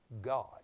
God